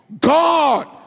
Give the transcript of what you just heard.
God